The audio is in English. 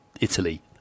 Italy